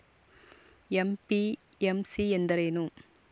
MPMC ಎಂದರೇನು?